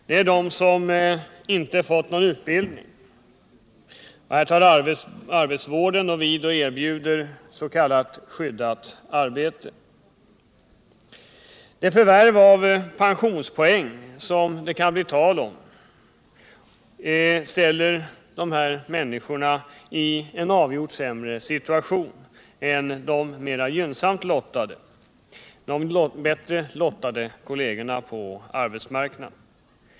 Den gäller dem som inte har fått någon utbildning. Här tar arbetsvården vid och erbjuder s.k. skyddat arbete. Det förvärv av pensionspoäng som det kan bli tal om ställer dessa människor i en avgjort sämre situation än de bättre lottade kollegerna på arbetsmarknaden.